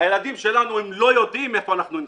הילדים שלנו לא יודעים איפה נלחמנו,